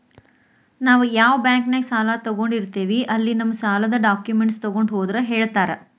ನಾವ್ ಯಾ ಬಾಂಕ್ನ್ಯಾಗ ಸಾಲ ತೊಗೊಂಡಿರ್ತೇವಿ ಅಲ್ಲಿ ನಮ್ ಸಾಲದ್ ಡಾಕ್ಯುಮೆಂಟ್ಸ್ ತೊಗೊಂಡ್ ಹೋದ್ರ ಹೇಳ್ತಾರಾ